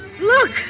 Look